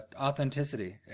authenticity